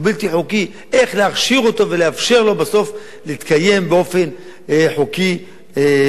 איך להכשיר אותו ולאפשר לו בסוף להתקיים באופן חוקי וטוב.